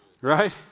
Right